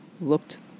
looked